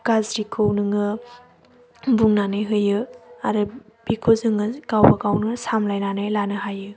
गाज्रिखौ नोङो बुंनानै होयो आरो बेखौ जोङो गावबागावनो सामलायनानै लानो हायो